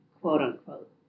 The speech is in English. quote-unquote